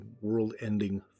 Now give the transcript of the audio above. world-ending